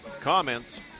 comments